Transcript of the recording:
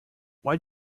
why